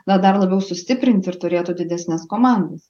na dar labiau sustiprinti ir turėtų didesnes komandas